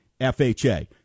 FHA